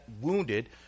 wounded